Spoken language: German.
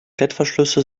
klettverschlüsse